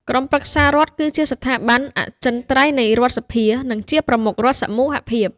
ក្រុមប្រឹក្សារដ្ឋ គឺជាស្ថាប័នអចិន្ត្រៃយ៍នៃរដ្ឋសភា និងជាប្រមុខរដ្ឋសមូហភាព។